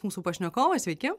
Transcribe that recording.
mūsų pašnekovas sveiki